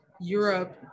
Europe